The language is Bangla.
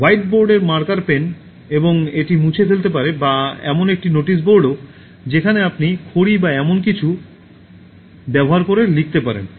হোয়াইট বোর্ডের মার্কার পেন এবং এটি মুছে ফেলতে পারে বা এমন একটি নোটিশ বোর্ডও যেখানে আপনি খড়ি বা এমন কোনও কিছু ব্যবহার করে লিখতে পারেন